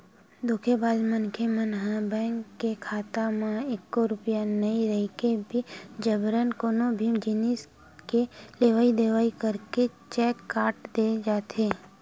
धोखेबाज मनखे मन ह बेंक के खाता म एको रूपिया नइ रहिके भी जबरन कोनो भी जिनिस के लेवई देवई करके चेक काट के दे जाथे